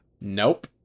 nope